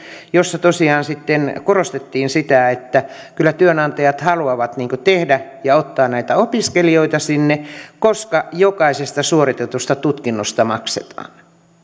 jossa tosiaan sitten korostettiin sitä että kyllä työnantajat haluavat tehdä ja ottaa näitä opiskelijoita sinne koska jokaisesta suoritetusta tutkinnosta maksetaan